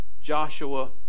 Joshua